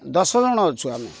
ଦଶ ଜଣ ଅଛୁ ଆମେ